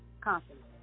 constantly